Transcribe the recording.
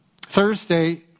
Thursday